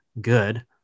good